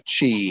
Chi